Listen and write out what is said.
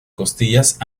costillas